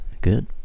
good